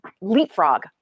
leapfrog